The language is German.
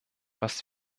was